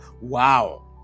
Wow